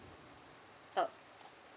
uh